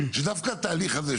שדווקא התהליך הזה,